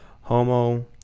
Homo